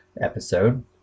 episode